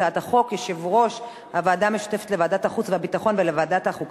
לוועדת העבודה,